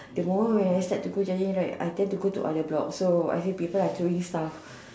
the moment when I start to going giant right I tend to go to other blocks so I see people are throwing stuffs